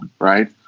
right